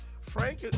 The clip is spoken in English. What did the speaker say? Frank